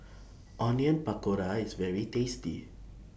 Onion Pakora IS very tasty